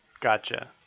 Gotcha